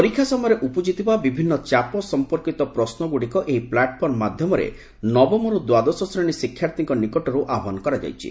ପରୀକ୍ଷା ସମୟରେ ଉପୁକୁଥିବା ବିଭିନ୍ନ ଚାପ ସମ୍ପର୍କିତ ପ୍ରଶ୍ନଗୁଡ଼ିକ ଏହି ପ୍ଲାଟଫର୍ମ ମାଧ୍ୟମରେ ନବମରୁ ଦ୍ୱାଦଶ ଶ୍ରେଣୀ ଶିକ୍ଷାର୍ଥୀଙ୍କ ନିକଟରୁ ଆହ୍ୱାନ କରାଯାଉଛି